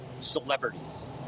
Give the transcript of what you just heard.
celebrities